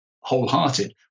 wholehearted